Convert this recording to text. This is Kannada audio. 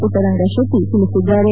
ಮಟ್ಟರಂಗಶೆಟ್ಟಿ ತಿಳಿಸಿದ್ದಾರೆ